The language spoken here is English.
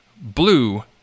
blue